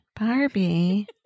Barbie